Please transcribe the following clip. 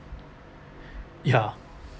ya